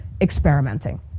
experimenting